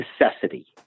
necessity